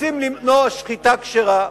רוצים למנוע שחיטה כשרה,